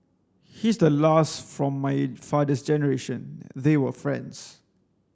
he's the last from my father's generation they were friends